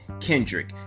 Kendrick